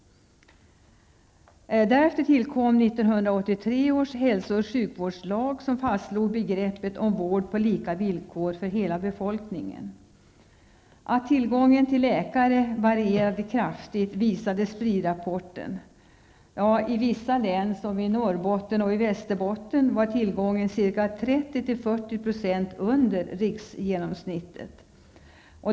Därefter tillkom 1983 års hälso och sjukvårdslag, som fastslog begreppet vård på lika villkor för hela befolkningen. Att tillgången på läkare varierade kraftigt visade SPRI Västerbotten var tillgången ca 30--40 % under riksgenomsnittet.